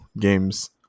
games